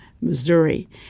Missouri